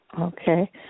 Okay